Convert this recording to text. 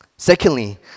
Secondly